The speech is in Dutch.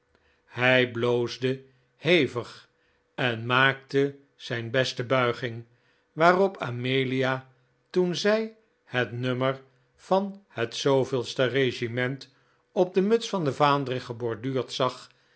hij bloosde hevig en maakte zijn beste buiging waarop amelia toen zij het nummer van het de regiment op de muts van den vaandrig geborduurd zag